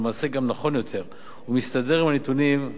ולמעשה גם נכון יותר ומסתדר עם הנתונים.